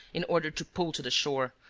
in order to pull to the shore,